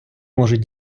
можуть